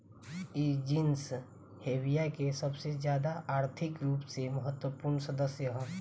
इ genus Hevea के सबसे ज्यादा आर्थिक रूप से महत्वपूर्ण सदस्य ह